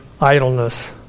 idleness